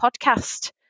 podcast